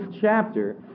chapter